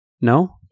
No